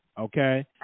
Okay